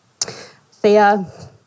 Thea